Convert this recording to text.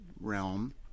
realm